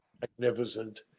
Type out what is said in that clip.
magnificent